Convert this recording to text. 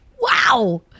wow